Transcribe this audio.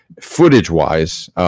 footage-wise